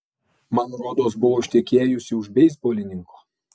man rodos buvo ištekėjusi už beisbolininko